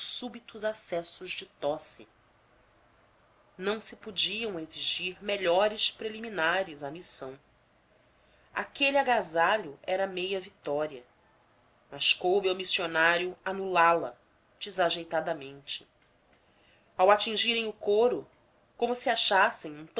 por súbitos acessos de tosse não se podiam exigir melhores preliminares à missão aquele agasalho era meia vitória mas coube ao missionário anulá la desajeitadamente ao atingirem o coro como se achassem